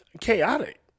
chaotic